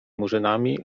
murzynami